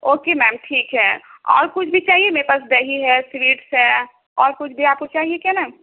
okay ma'am ٹھیک ہے اور کچھ بھی چاہیے میرے پاس دہی ہے سویٹس ہے اور کچھ بھی آپ کو چاہیے کیا میم